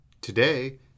Today